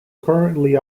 currently